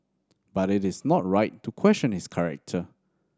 but it is not right to question his character